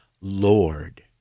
Lord